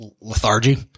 lethargy